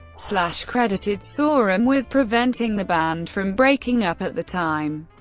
slash credited sorum with preventing the band from breaking up at the time.